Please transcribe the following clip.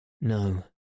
No